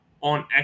on